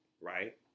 Right